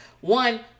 One